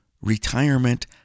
retirement